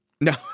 No